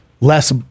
less